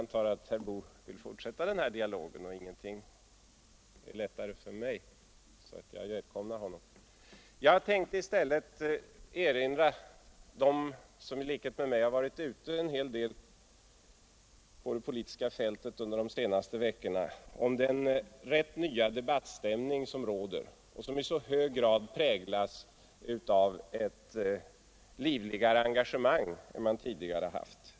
Jag antar att herr Boo vill fortsätta den här dialogen, och ingenting är lättare för mig, varför jag välkomnar honom i så fall. Jag skall i stället erinra dem som i likhet med mig har varit ute en hel del på det politiska fältet under de senaste veckorna om den ganska nya debattstämning som nu råder och som i så hög grad präglas av ett livligare engagemang än man tidigare haft.